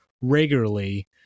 regularly